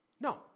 No